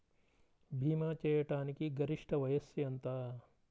భీమా చేయాటానికి గరిష్ట వయస్సు ఎంత?